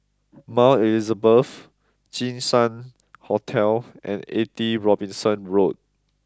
Mount Elizabeth Jinshan Hotel and eighty Robinson Road